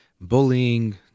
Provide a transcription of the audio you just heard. bullying